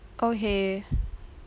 okay